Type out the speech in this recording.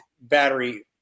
battery